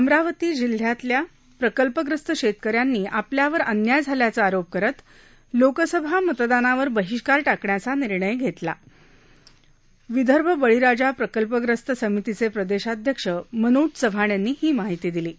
अमरावती जिल्ह्यातल्या प्रकल्पग्रस्त शेतकऱ्यांनी आपल्यावर अन्याय झाल्याचा आरोप करत लोकसभा मतदानावर बहिष्कार टाकण्याचा निर्णय घेतला आहे अशी माहिती विदर्भ बळीराजा प्रकल्पग्रस्त समितीचे प्रदेशाध्यक्ष मनोज चव्हाण यांनी दिली आहे